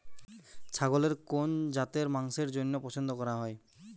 ছাগলের কোন জাতের মাংসের জন্য পছন্দ করা হয়?